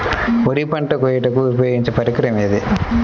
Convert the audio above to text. వరి పంట కోయుటకు ఉపయోగించే పరికరం ఏది?